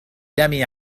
دمي